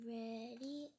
ready